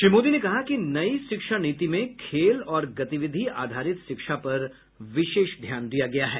श्री मोदी ने कहा कि नई शिक्षा नीति में खेल और गतिविधि आधारित शिक्षा पर विशेष ध्यान दिया गया है